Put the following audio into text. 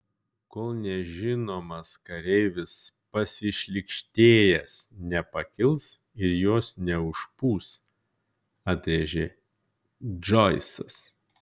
kol nežinomas kareivis pasišlykštėjęs nepakils ir jos neužpūs atrėžė džoisas